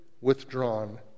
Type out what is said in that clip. withdrawn